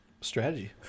Strategy